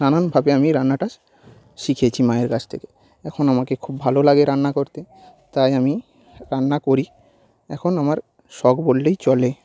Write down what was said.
নানানভাবে আমি রান্নাটা শিখেছি মায়ের কাছ থেকে এখন আমাকে খুব ভালো লাগে রান্না করতে তাই আমি রান্না করি এখন আমার শখ বললেই চলে